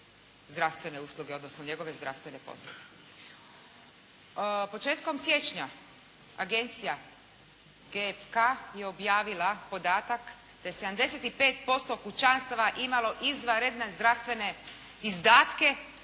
zdravstvene usluge, odnosno njegove zdravstvene potrebe. Početkom siječnja Agencija GPK je objavila podatak da je 75% kućanstava imalo izvanredne zdravstvene izdatke,